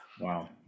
wow